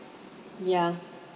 ya